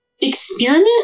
Experiment